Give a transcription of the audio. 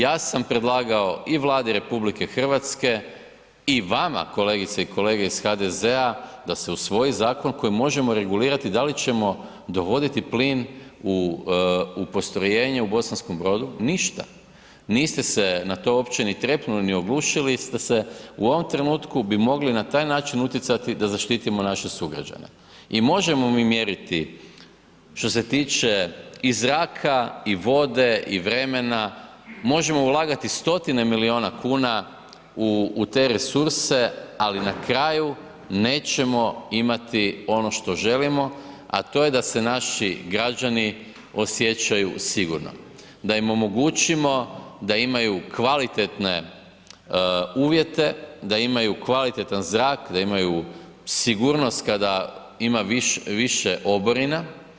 Ja sam predlagao i Vladi RH i vama kolegice i kolege iz HDZ-a da se usvoji zakon koji možemo regulirati da li ćemo dovoditi plin u postrojenje u Bosanskom Brodu, ništa, niste se na to uopće ni trepnuli, oglušili ste, u ovom trenutku bi mogli na taj način utjecati da zaštitimo naše sugrađane i možemo mi mjeriti što se tiče i zraka i vode i vremena, možemo ulagati stotine milijuna kuna u te resurse, ali na kraju nećemo imati ono što želimo, a to je da se naši građani osjećaju sigurno, da im omogućimo da imaju kvalitetne uvjete, da imaju kvalitetan zrak, da imaju sigurnost kada ima više oborina.